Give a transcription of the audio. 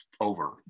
over